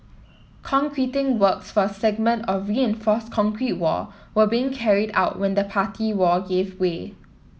concreting works for a segment of reinforced concrete wall were being carried out when the party wall gave way